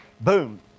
Boom